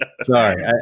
Sorry